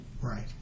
Right